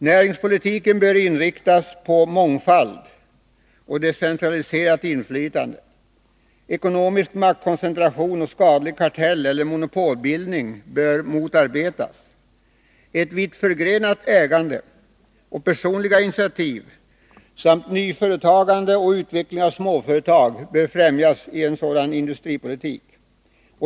Näringspolitiken bör inriktas på mångfald och decentraliserat inflytande. Ekonomisk maktkoncentration och skadlig kartelloch monopolbildning bör motarbetas. Vittförgrenat ägande och personliga initiativ samt nyföretagande och utveckling av småföretag bör främjas.